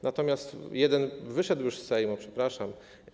Natomiast jeden wyszedł już z Sejmu, przepraszam.